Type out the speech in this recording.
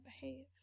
behave